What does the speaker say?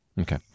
Okay